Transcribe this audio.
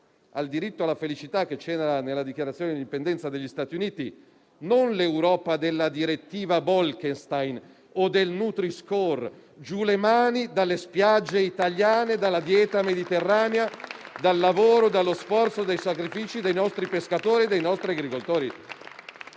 al diritto alla felicità incluso nella Dichiarazione d'indipendenza degli Stati Uniti, non di quella della direttiva Bolkestein o del Nutri-Score: giù le mani dalle spiagge italiane, dalla dieta mediterranea, dal lavoro, dallo sforzo e dai sacrifici dei nostri pescatori e dei nostri agricoltori.